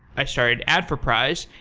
i started adforprize,